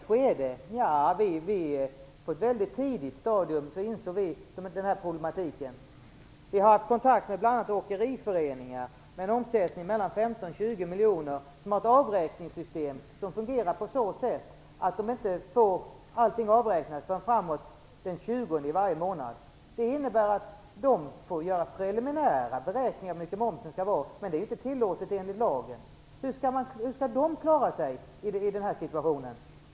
Rolf Kenneryd talar om att det sker i ett sent skede. Vi insåg denna problematik på ett väldigt tidigt stadium. Vi har haft kontakt med bl.a. åkeriföreningar med en omsättning mellan 15 och 20 miljoner. De har ett avräkningssystem som fungerar på så sätt att ingenting avräknas förrän den 20 i varje månad. Det innebär att de får göra preliminära beräkningar för momsen. Det är inte tillåtet enligt lagen. Hur skall de klara sig i denna situation?